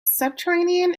subterranean